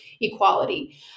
equality